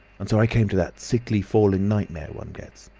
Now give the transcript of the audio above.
and so i came to that sickly falling nightmare one gets.